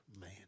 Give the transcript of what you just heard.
man